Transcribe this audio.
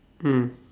mm